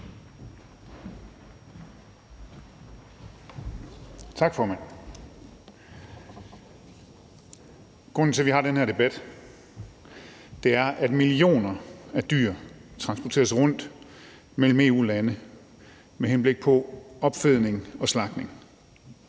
Tak, formand. Grunden til, at vi har den her debat, er, at millioner af dyr transporteres rundt mellem EU-lande med henblik på opfedning og slagtning.